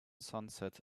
sunset